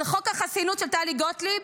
אבל חוק החסינות של טלי גוטליב,